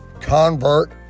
convert